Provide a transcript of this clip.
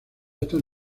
están